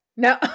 No